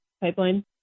pipeline